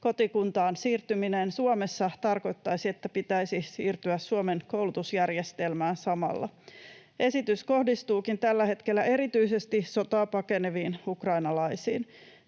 kotikuntaan siirtyminen Suomessa tarkoittaisi, että samalla pitäisi siirtyä Suomen koulutusjärjestelmään. Esitys kohdistuukin tällä hetkellä erityisesti sotaa pakeneviin ukrainalaisiin.